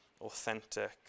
authentic